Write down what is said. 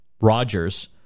Rogers